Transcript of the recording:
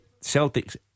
Celtic's